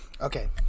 Okay